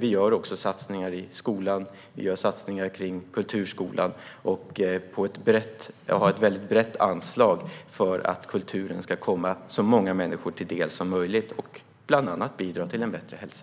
Vi gör också satsningar i skolan och på kulturskolan och har ett brett anslag för att kulturen ska komma så många människor till del som möjligt och bland annat bidra till bättre hälsa.